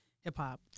hip-hop